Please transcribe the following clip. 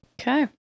Okay